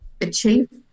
achieve